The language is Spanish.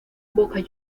boca